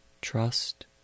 Trust